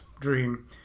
dream